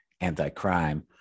anti-crime